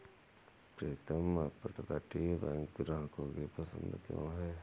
प्रीतम अपतटीय बैंक ग्राहकों की पसंद क्यों है?